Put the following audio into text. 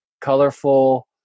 colorful